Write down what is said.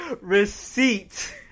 receipt